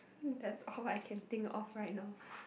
hmm that's all I can think of right now